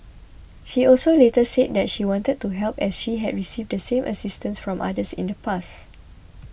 she also later said that she wanted to help as she had received the same assistance from others in the past